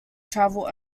travel